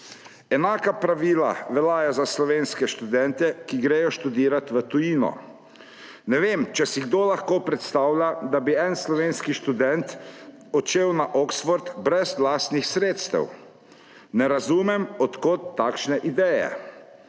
Enaka pravila veljajo za slovenske študente, ki grejo študirat v tujino. Ne vem, če si kdo lahko predstavlja, da bi en slovenski študent odšel na Oxford brez lastnih sredstev. Ne razumem, od kod takšne ideje.